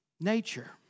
nature